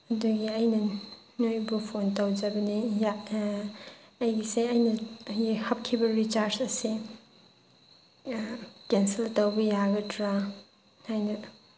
ꯑꯗꯨꯒꯤ ꯑꯩꯅ ꯅꯣꯏꯕꯨ ꯐꯣꯟ ꯇꯧꯖꯕꯅꯤ ꯑꯩꯒꯤꯁꯦ ꯑꯩꯅ ꯍꯦꯛ ꯍꯥꯞꯈꯤꯕ ꯔꯤꯆꯥꯔꯖ ꯑꯁꯦ ꯀꯦꯟꯁꯦꯜ ꯇꯧꯕ ꯌꯥꯒꯗ꯭ꯔꯥ ꯍꯥꯏꯅ